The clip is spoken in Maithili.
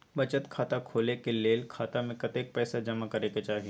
बचत खाता खोले के लेल खाता में कतेक पैसा जमा करे के चाही?